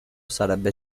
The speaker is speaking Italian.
sarebbe